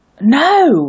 No